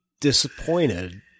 disappointed